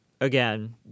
again